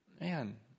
man